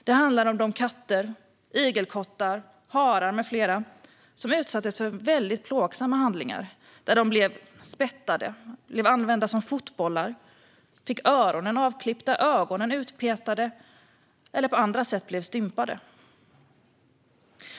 Det handlar om de katter, igelkottar, harar med mera som utsattes för plågsamma handlingar där de blev spetsade, använda som fotbollar, fick öronen avklippta eller ögonen utpetade eller på andra sätt stympades.